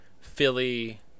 Philly